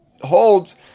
holds